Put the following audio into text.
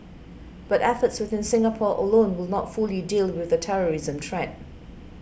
but efforts within Singapore alone will not fully deal with the terrorism threat